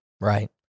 Right